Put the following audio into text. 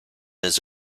his